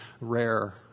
rare